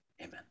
Amen